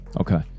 Okay